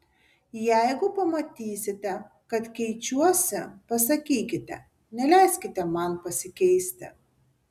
jeigu pamatysite kad keičiuosi pasakykite neleiskite man pasikeisti